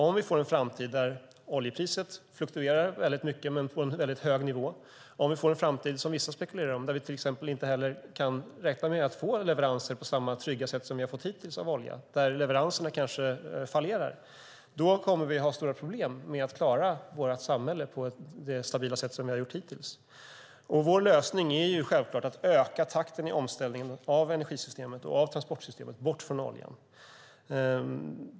Om vi får en framtid där oljepriset fluktuerar mycket på en hög nivå, om vi får en framtid, som vissa spekulerar om, där vi inte kan räkna med att få leveranser på samma trygga sätt som hittills av olja, där leveranserna fallerar, kommer vi att ha stora problem med att klara vårt samhälle på det stabila sätt som vi har gjort hittills. Vår lösning är självklart att öka takten i omställningen av energisystemet och av transportsystemet bort från oljan.